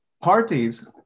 Parties